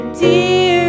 dear